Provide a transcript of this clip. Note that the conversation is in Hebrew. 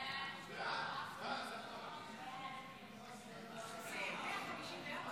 סעיפים 1 3 נתקבלו.